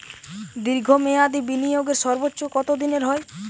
দীর্ঘ মেয়াদি বিনিয়োগের সর্বোচ্চ কত দিনের হয়?